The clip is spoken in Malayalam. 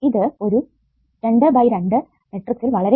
ഇത് ഒരു 2 ബൈ 2 മെട്രിക്സിൽ വളരെ എളുപ്പം ആണ്